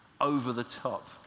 over-the-top